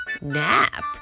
nap